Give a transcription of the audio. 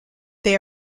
they